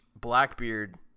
Blackbeard